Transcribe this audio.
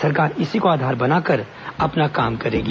सरकार इसी को आधार बनाकर अपना काम करेगा